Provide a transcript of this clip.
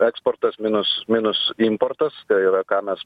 eksportas minus minus importas yra ką mes